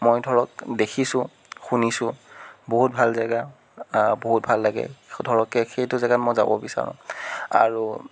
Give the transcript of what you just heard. মই ধৰক দেখিছোঁ শুনিছোঁ বহুত ভাল জেগা বহুত ভাল লাগে ধৰক সেইটো জেগাত মই যাব বিচাৰোঁ আৰু